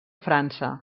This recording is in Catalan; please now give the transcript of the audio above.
frança